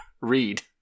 read